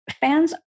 fans